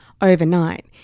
overnight